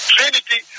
Trinity